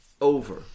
Over